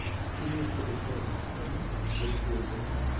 a senior civil servant in burma, postwar burma,